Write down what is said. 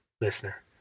listener